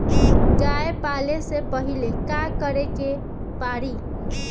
गया पाले से पहिले का करे के पारी?